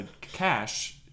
cash